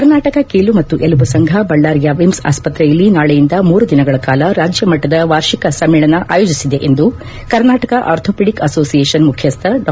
ಕರ್ನಾಟಕ ಕೀಲು ಮತ್ತು ಎಲುಬು ಸಂಫ ಬಳ್ಳಾರಿಯ ವಿಮ್ಸ್ ಆಸ್ಸತ್ರೆಯಲ್ಲಿ ನಾಳೆಯಿಂದ ಮೂರು ದಿನಗಳ ಕಾಲ ರಾಜ್ಯ ಮಟ್ಟದ ವಾರ್ಷಿಕ ಸಮ್ಮೇಳನ ಆಯೋಜಿಸಿದೆ ಎಂದು ಕರ್ನಾಟಕ ಅರ್ಥೋಪೆಡಿಕ್ ಅಸೋಸಿಯೇಷನ್ ಮುಖ್ಯಸ್ಥ ಡಾ